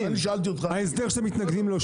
תדייק לי את ההסדר שאתם מתנגדים לו.